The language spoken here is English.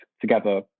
together